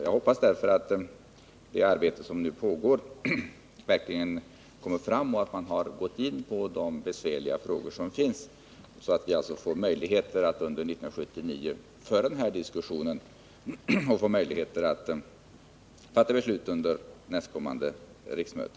Jag hoppas därför att det arbete som nu pågår verkligen slutförs och att man då har gått in på de besvärliga frågor som finns så att vi får möjligheter att föra den här diskussionen under 1979 och fatta beslut under nästkommande riksmöte.